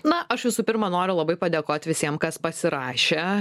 na aš visų pirma noriu labai padėkot visiem kas pasirašė